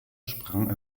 sprang